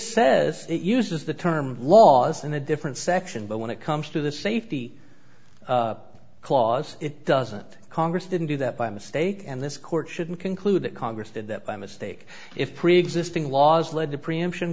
says it uses the term laws in a different section but when it comes to the safety clause it doesn't congress didn't do that by mistake and this court shouldn't conclude that congress did that by mistake if preexisting laws lead to preemption